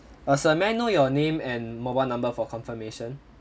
uh sir may I know your name and mobile number for confirmation